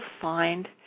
find